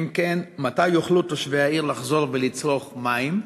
2. אם כן, מתי יוכלו תושבי העיר לחזור ולצרוך מים?